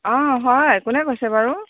অঁ হয় কোনে কৈছে বাৰু